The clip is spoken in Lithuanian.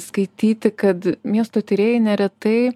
skaityti kad miesto tyrėjai neretai